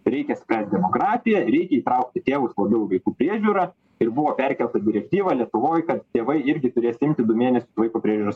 reikia spręst demografiją reikia įtraukti tėvus labiau į vaikų priežiūrą ir buvo perkelta direktyva lietuvoj kad tėvai irgi turės imti du mėnesius mėnesių vaiko priežiūros